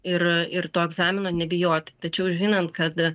ir ir to egzamino nebijoti tačiau žinant kad